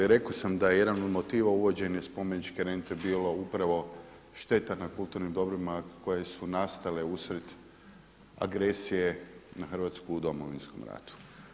Rekao sam da je jedan od motiva uvođenje spomeničke rente bilo upravo šteta na kulturnim dobrima koje su nastale uslijed agresije na Hrvatsku u Domovinskom ratu.